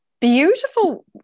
Beautiful